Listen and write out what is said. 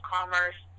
Commerce